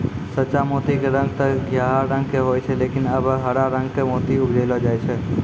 सच्चा मोती के रंग तॅ घीयाहा रंग के होय छै लेकिन आबॅ हर रंग के मोती उपजैलो जाय छै